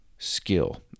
skill